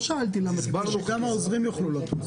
כדי שגם העוזרים יוכלו לטוס.